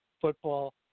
football